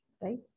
right